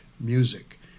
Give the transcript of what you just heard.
music